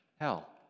hell